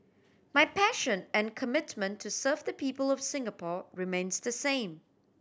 my passion and commitment to serve the people of Singapore remains the same